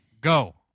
go